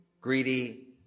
greedy